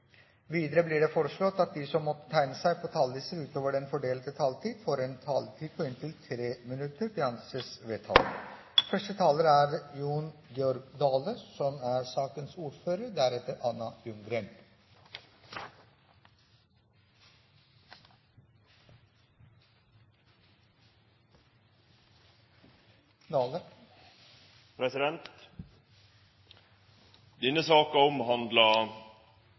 Videre blir det foreslått at de som måtte tegne seg på talerlisten utover den fordelte taletid, får en taletid på inntil 3 minutter. – Det anses vedtatt. Barnehagen er under konstant diskusjon, og mange foreldre er